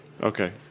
Okay